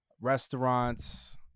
restaurants